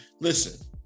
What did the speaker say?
Listen